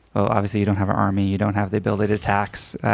well, obviously you don't have an army, you don't have the ability to tax.